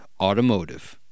Automotive